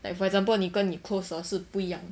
like for example 你跟你 close 的是不一样